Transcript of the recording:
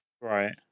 Right